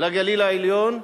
לגליל העליון,